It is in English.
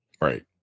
Right